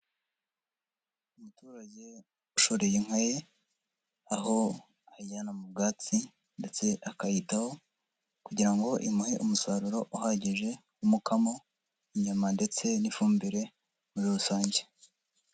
Umuturage ushoreye inka ye, aho ayijyana mu bwatsi ndetse akayitaho kugira ngo imuhe umusaruro uhagije w'umukamo, inyama ndetse n'ifumbire muri rusange.